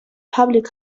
public